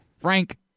Frank